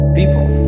people